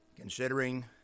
considering